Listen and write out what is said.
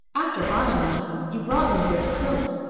after buying me, you brought me here to kill me.